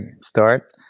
start